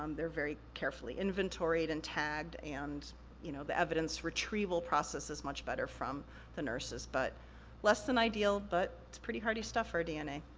um they're very carefully inventoried and tagged, and you know the evidence retrieval process is much better from the nurses. but less than ideal, but it's pretty hardy stuff, our dna.